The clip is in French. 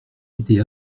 été